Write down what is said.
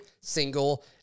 single